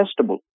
testable